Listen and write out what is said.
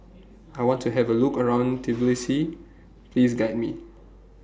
I want to Have A Look around Tbilisi Please Guide Me